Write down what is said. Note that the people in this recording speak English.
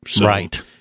Right